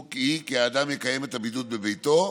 היא כי האדם יקיים את הבידוד בביתו,